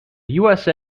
usa